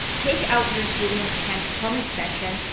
take out your helium ten chrome extension,